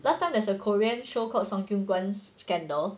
last time there's a korean show called sungkyunkwan scandal